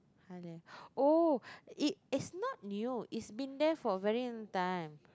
Halia oh it it's not new it's been there for very long time